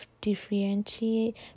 differentiate